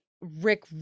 Rick